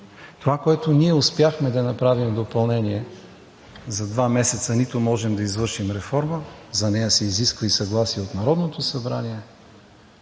Това, което в допълнение успяхме да направим за два месеца – нито можем да извършим реформа, за нея се изисква и съгласие от Народното събрание,